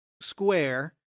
square